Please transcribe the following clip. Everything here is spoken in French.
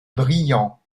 brillants